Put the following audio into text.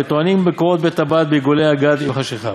וטוענין בקורות בית-הבד ובעיגולי הגת עם חשכה